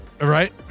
right